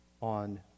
on